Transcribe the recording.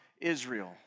Israel